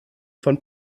von